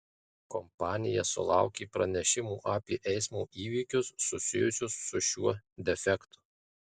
kompanija sulaukė pranešimų apie eismo įvykius susijusius su šiuo defektu